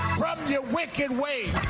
your wicked ways,